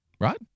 right